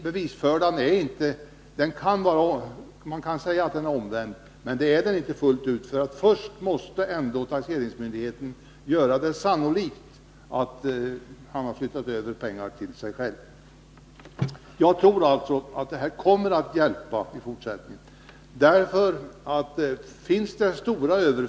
Bevisbördan kan sägas vara omvänd, men det är den inte fullt ut. Först måste ändå taxeringsmyndigheten göra sannolikt att företagaren har flyttat över pengar till sig själv. Jag tror att dessa åtgärder kommer att ge resultat i fortsättningen.